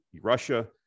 Russia